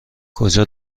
کجا